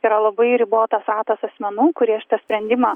yra labai ribotas ratas asmenų kurie šitą sprendimą